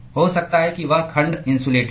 हो सकता है कि वह खंड इंसुलेटेड हो